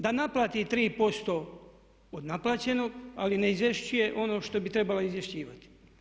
Da naplati 3% od naplaćenog ali ne izvješćuje ono što bi trebala izvješćivati.